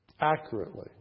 accurately